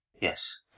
Yes